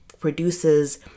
produces